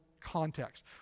context